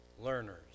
learners